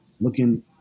Looking